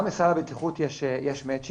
גם בסל הבטיחות יש מצ'ינג.